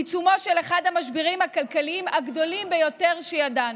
בעיצומו של אחד המשברים הכלכליים הגדולים ביותר שידענו.